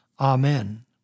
Amen